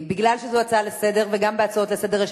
בגלל שזו הצעה לסדר-היום וגם בהצעות לסדר-היום יש